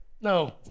No